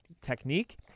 technique